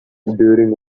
during